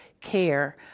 care